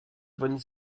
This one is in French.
von